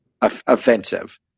offensive